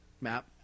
Map